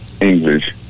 English